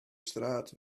straat